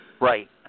right